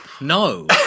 No